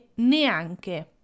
neanche